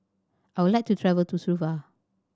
I would like to travel to Suva